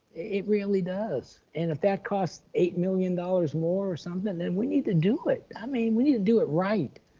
it really does. and if that costs eight million dollars more or something that we need to do it, i mean, we need to do it right.